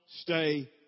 stay